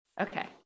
Okay